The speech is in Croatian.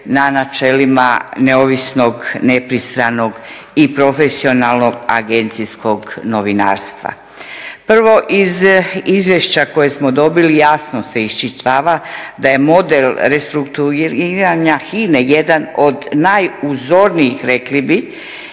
na načelima neovisnog, nepristranog i profesionalnog agencijskog novinarstva. Prvo iz izvješća koje smo dobili jasno se iščitava da je model restrukturiranja HINA-e jedan od najuzornijih rekli bi